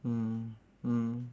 mm mm